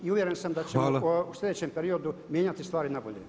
I uvjeren sam da ćemo u sljedećem periodu mijenjati stvari na bolje.